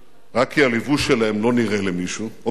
רק כי הלבוש שלהן לא נראה למישהו, או בכלל.